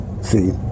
see